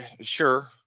Sure